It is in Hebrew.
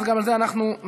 אז גם על זה אנחנו מדלגים,